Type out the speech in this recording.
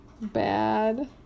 bad